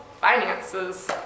finances